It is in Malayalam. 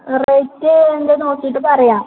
റേറ്റ് എന്താണെന്ന് നോക്കിയിട്ട് പറയാം